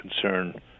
concern